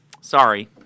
Sorry